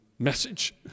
Message